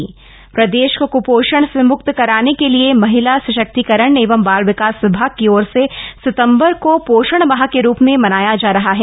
पोषण मिशन प्रदेश को कुपोषण से मुक्त कराने के लिए महिला सशक्तिकरण एवं बाल विकास विभाग की ओर से सितम्बर को पोषण माह के रूप में मनाया जा रहा है